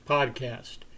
Podcast